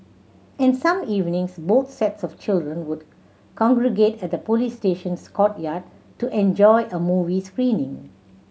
and some evenings both sets of children would congregate at the police station's courtyard to enjoy a movie screening